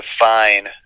define